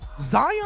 Zion